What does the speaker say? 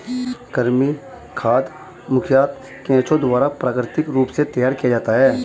कृमि खाद मुखयतः केंचुआ द्वारा प्राकृतिक रूप से तैयार किया जाता है